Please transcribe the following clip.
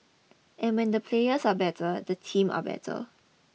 and when the players are better the teams are better